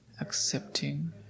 accepting